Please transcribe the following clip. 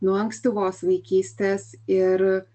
nuo ankstyvos vaikystės ir